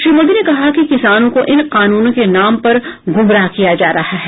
श्री मोदी ने कहा कि किसानों को इन कानूनों के नाम पर ग्रमराह किया जा रहा है